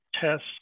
test